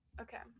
Okay